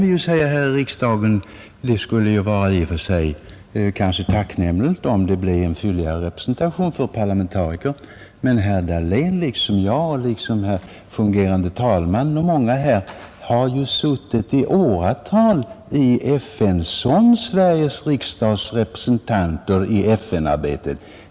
Vi i riksdagen kan säga att det i och för sig skulle vara tacknämligt om det blev en fylligare representation för parlamentariker, men herr Dahlén har liksom jag, liksom den fungerande talmannen och flera andra här suttit i åratal i FN som Sveriges riksdags representanter i FN-arbetet.